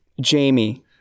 Jamie